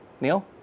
Neil